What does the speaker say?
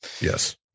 Yes